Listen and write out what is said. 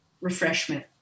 refreshment